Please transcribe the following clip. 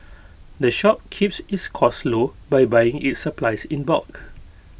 the shop keeps its costs low by buying its supplies in bulk